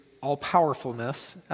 all-powerfulness